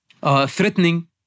threatening